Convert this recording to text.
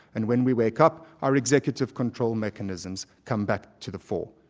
and when we wake up, our executive control mechanisms come back to the fore.